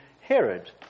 Herod